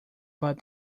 but